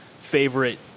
favorite